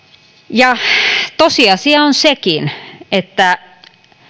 tosiasia on sekin että